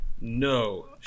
no